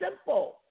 simple